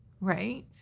Right